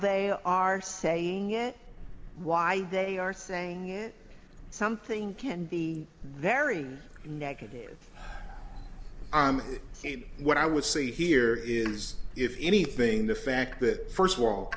they are saying it why they are saying it something can be there even negative hate what i would say here is if anything the fact that first of all